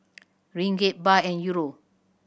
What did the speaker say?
Ringgit Baht and Euro